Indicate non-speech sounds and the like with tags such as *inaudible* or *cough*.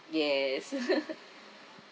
yes *laughs*